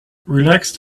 relaxed